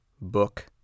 book